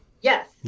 Yes